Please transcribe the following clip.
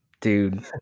dude